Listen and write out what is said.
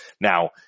Now